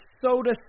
Soda